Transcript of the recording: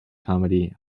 comedy